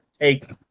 take